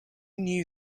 knew